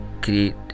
create